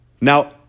Now